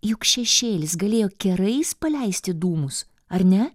juk šešėlis galėjo kerais paleisti dūmus ar ne